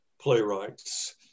playwrights